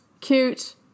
cute